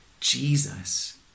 Jesus